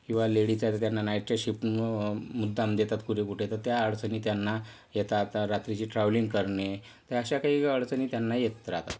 किंवा लेडीज आहेत तर त्यांना नाईटच्या शिफ्ट मुद्दाम देतात कुठे कुठे तर त्या अडचणी त्यांना येतात तर रात्रीची ट्रॅव्हलिंग करणे ह्या अशा काही अडचणी त्यांना येत राहतात